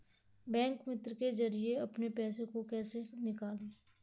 Bank मित्र के जरिए अपने पैसे को कैसे निकालें?